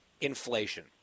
inflation